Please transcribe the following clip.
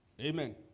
Amen